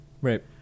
Right